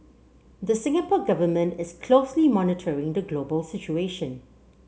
the Singapore Government is closely monitoring the global situation